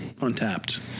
untapped